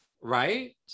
right